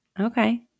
okay